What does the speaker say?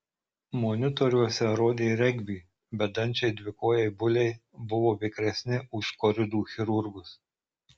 monitoriuose rodė regbį bedančiai dvikojai buliai buvo vikresni už koridų chirurgus